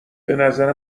بنظر